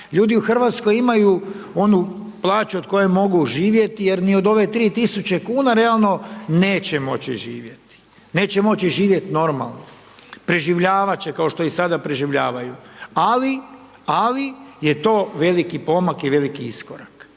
ljudi u RH imaju onu plaću od koje mogu živjeti jer ni od ove 3.000,00 kn realno neće moći živjeti, neće moći živjeti normalno, preživljavati će, kao što i sada preživljavaju, ali je to veliki pomak i veliki iskorak